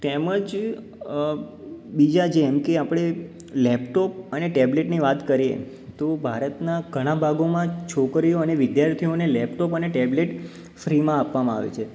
તેમજ બીજા જેમ કે આપણે લૅપટોપ અને ટૅબલેટની વાત કરીએ તો ભારતનાં ઘણાં ભાગોમાં જ છોકરીઓ અને વિદ્યાર્થીઓને લૅપટોપ અને ટૅબલેટ ફ્રીમાં આપવામાં આવે છે